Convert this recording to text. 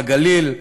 בגליל,